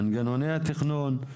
מנגנוני התכנון,